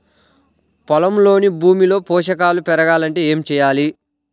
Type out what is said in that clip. పొలంలోని భూమిలో పోషకాలు పెరగాలి అంటే ఏం చేయాలి?